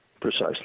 Precisely